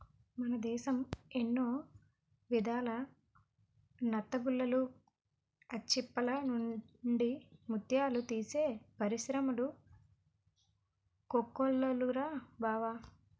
మన దేశం ఎన్నో విధాల నత్తగుల్లలు, ఆల్చిప్పల నుండి ముత్యాలు తీసే పరిశ్రములు కోకొల్లలురా బావా